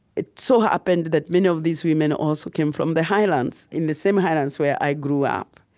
it so happened that many of these women also came from the highlands, in the same highlands where i grew up.